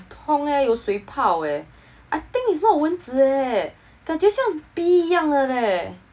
不懂 leh 有水泡 leh I think is not 蚊子 leh 感觉像 bee 一样的 leh